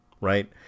right